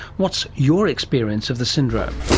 what's your experience of the syndrome?